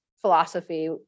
philosophy